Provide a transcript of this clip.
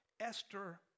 Esther